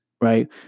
right